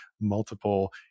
multiple